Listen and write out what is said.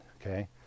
okay